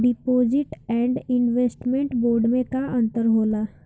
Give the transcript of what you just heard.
Deposit and investment bond मे का अंतर होला?